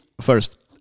First